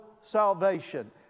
salvation